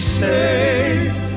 safe